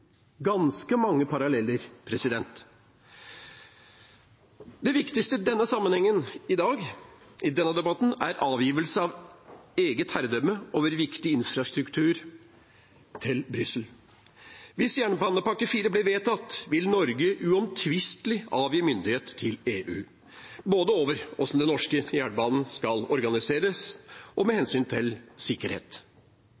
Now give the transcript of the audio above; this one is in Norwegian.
ganske mange paralleller. Det viktigste i denne sammenhengen i debatten i dag er avgivelse av eget herredømme over viktig infrastruktur til Brussel. Hvis jernbanepakke IV blir vedtatt, vil Norge uomtvistelig avgi myndighet til EU, både over hvordan den norske jernbanen skal organiseres, og med